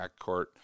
backcourt